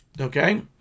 Okay